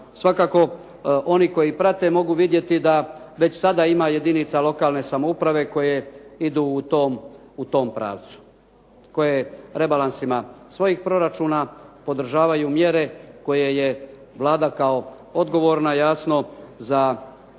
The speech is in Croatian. Svakako oni koji prate mogu vidjeti da već sada ima jedinica lokalne samouprave koje idu u tom pravcu koje rebalansima svojih proračuna podržavaju mjere koje je Vlada kao odgovorna jasno za vođenje